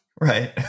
Right